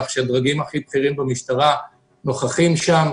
כך שהדרגים הכי בכירים במשטרה נוכחים שם,